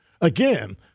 Again